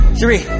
three